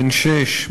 בן שש,